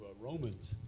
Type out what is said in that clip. Romans